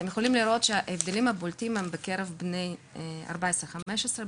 ניתן לראות שההבדלים הבולטים הם בקרב בני 14 ו-15.